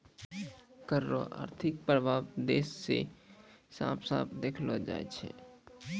कर रो आर्थिक प्रभाब देस मे साफ साफ देखलो जाय छै